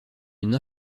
une